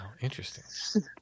interesting